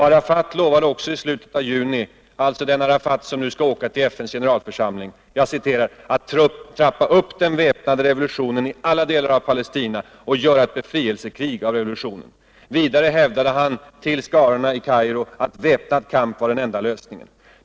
Arafat lovade också i slutet av juni — alltså den Arafat som nu skall åka till FN:s generalförsamling — ”att trappa upp den väpnade revolutionen i alla delar av Palestina och göra ett befrielsekrig av revolutionen”. Vidare hävdade han inför skarorna i Kairo ”att väpnad kamp var den enda lösningen”.